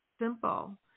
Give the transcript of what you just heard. simple